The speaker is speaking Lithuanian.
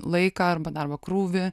laiką arba darbo krūvį